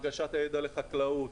הנגשת הידע לחקלאות,